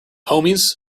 homies